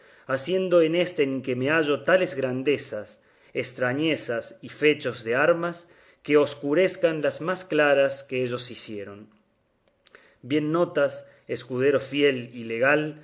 haciendo en este en que me hallo tales grandezas estrañezas y fechos de armas que escurezcan las más claras que ellos ficieron bien notas escudero fiel y legal